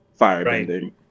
firebending